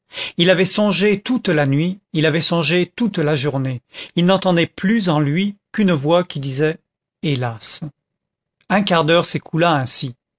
il avait songé toute la nuit il avait songé toute la journée il n'entendait plus en lui qu'une voix qui disait hélas un quart d'heure s'écoula ainsi